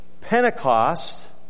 Pentecost